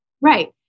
right